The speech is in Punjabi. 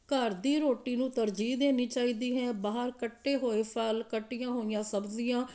ਘਰ ਦੀ ਰੋਟੀ ਨੂੰ ਤਰਜੀਹ ਦੇਣੀ ਚਾਹੀਦੀ ਹੈ ਬਾਹਰ ਕੱਟੇ ਹੋਏ ਫਲ ਕੱਟੀਆਂ ਹੋਈਆਂ ਸਬਜ਼ੀਆਂ